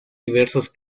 diversos